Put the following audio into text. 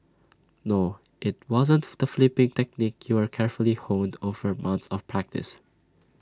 no IT wasn't the flipping technique you carefully honed over months of practice